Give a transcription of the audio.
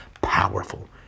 powerful